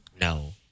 No